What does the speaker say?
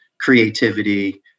creativity